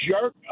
jerk